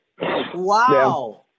Wow